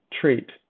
treat